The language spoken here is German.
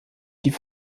die